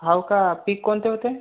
हो का पीक कोणते होते